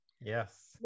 Yes